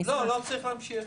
לא, לא צריך להמשיך.